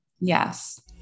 Yes